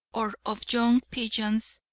or of young pigeons.